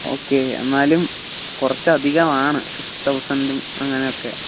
okay എന്നാലും കുറച്ചധികമാണ് six തൗസൻഡും അങ്ങനെയൊക്കെ